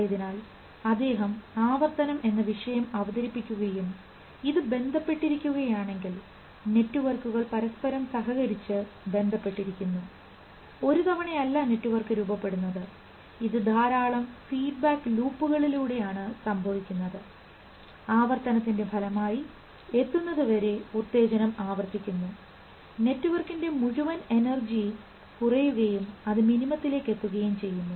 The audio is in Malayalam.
ആയതിനാൽ അദ്ദേഹം ആവർത്തനം എന്ന വിഷയം അവതരിപ്പിക്കുകയും ഇത് ബന്ധപ്പെട്ടിരിക്കുകയാണെങ്കിൽ നെറ്റ്വർക്കുകൾ പരസ്പരം സഹകരിച്ച് ബന്ധപ്പെട്ടിരിക്കുന്നു ഒരു തവണയല്ല നെറ്റ്വർക്ക് രൂപപ്പെടുന്നത് ഇത് ധാരാളം ഫീഡ്ബാക്ക് ലൂപ്പുകളിലൂടെ ആണ് സംഭവിക്കുന്നത് ആവർത്തനത്തിൻറെ ഫലമായി എത്തുന്നതുവരെ ഉത്തേജനം ആവർത്തിക്കുന്നു നെറ്റ്വർക്കിനെ മുഴുവൻ എനർജിയും കുറയുകയും അത് മിനിമത്തിലേക്ക് എത്തുകയും ചെയ്യുന്നു